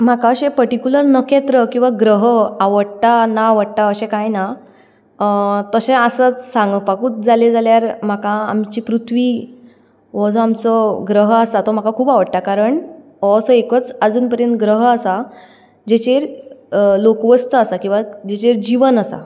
म्हाका अशें पर्टिक्यूलर नखेत्र किंवां ग्रह आवडटा ना आवडटा अशें कांय ना तशें आसत सांगपाकूच जालें जाल्यार म्हाका आमची पृथ्वी हो जो आमचो ग्रह आसा तो म्हाका खूब आवडटा कारण हो असो एकूच आजून पर्यांत ग्रह आसा जेचेर लेकवस्त आसा किंवां जेचेर जिवन आसा